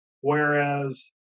Whereas